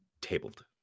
tabled